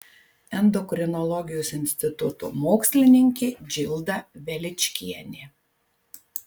endokrinologijos instituto mokslininkė džilda veličkienė